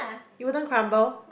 it wouldn't crumble